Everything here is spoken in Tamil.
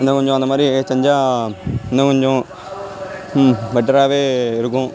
இன்னும் கொஞ்சம் அந்தமாதிரி செஞ்சால் இன்னும் கொஞ்சம் பெட்டராகவே இருக்கும்